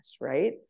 right